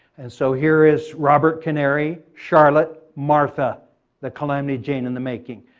and so here is robert canary, charlotte, martha the calamity jane in the making.